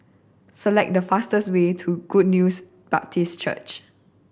select the fastest way to Good News Baptist Church